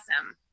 awesome